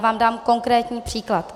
Dám vám konkrétní příklad.